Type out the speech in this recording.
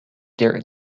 their